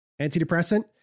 Antidepressant